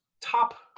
top